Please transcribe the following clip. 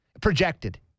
projected